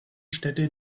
städte